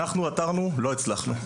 אנחנו עתרנו לא הצלחנו,